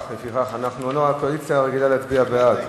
לא, הקואליציה רגילה להצביע בעד.